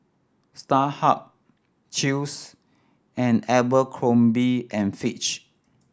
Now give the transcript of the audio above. Starhub Chew's and Abercrombie and Fitch